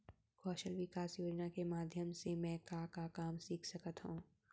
कौशल विकास योजना के माधयम से मैं का का काम सीख सकत हव?